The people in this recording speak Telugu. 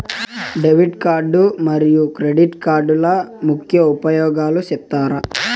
డెబిట్ కార్డు మరియు క్రెడిట్ కార్డుల ముఖ్య ఉపయోగాలు సెప్తారా?